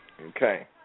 Okay